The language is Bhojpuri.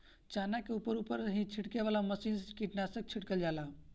चना के ऊपर ऊपर ही छिड़के वाला मशीन से कीटनाशक छिड़कल जाला